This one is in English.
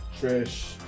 Trish